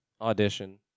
audition